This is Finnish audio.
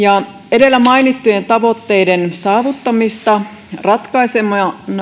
edellä mainittujen tavoitteiden saavuttamista ratkaisemaan